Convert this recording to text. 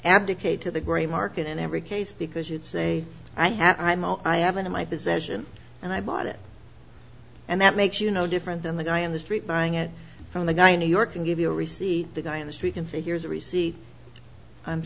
abdicate to the grey market in every case because you'd say i have imo i haven't in my possession and i bought it and that makes you no different than the guy on the street buying it from the guy in new york and give you a receipt the guy in the street can say here's a receipt i'm